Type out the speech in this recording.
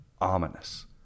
Ominous